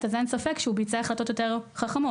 אז אין ספק שהוא ביצע החלטות יותר חכמות.